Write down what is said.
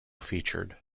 featured